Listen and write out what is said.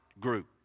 group